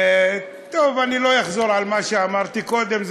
טוב, אני לא אחזור על מה שאמרתי קודם.